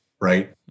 right